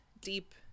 deep